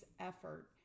effort